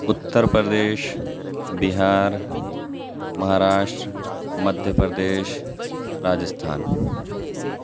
Uttar Pradesh Bihar Maharashtra Madhya Pradesh Rajasthan